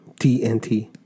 TNT